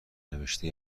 نوشته